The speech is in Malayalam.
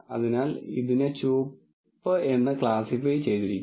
അതിനാൽ ഇതിനെ ചുവപ്പ് എന്ന് ക്ലാസ്സിഫൈ ചെയ്തിരിക്കുന്നു